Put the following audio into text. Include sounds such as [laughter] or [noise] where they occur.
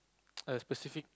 [noise] a specific